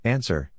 Answer